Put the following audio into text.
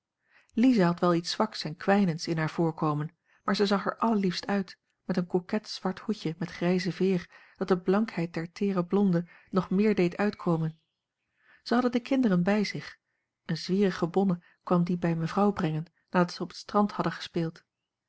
lize had wel iets zwaks en kwijnends in haar voorkomen maar zij zag er allerliefst uit met een coquet zwart hoedje met grijze veer dat de blankheid der teere blonde nog meer deed uitkomen zij hadden de kinderen bij zich eene zwierige bonne kwam die bij mevrouw brengen nadat zij op het strand hadden gespeeld